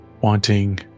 Wanting